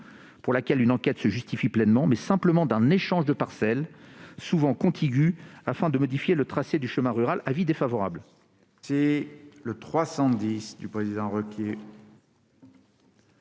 pour laquelle une enquête se justifie pleinement, mais simplement d'un échange de parcelles, souvent contiguës, afin de modifier le tracé du chemin rural. L'avis est défavorable.